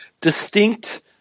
distinct